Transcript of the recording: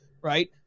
Right